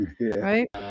Right